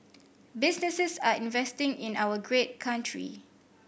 businesses are investing in our great country